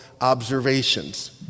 Observations